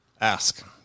ask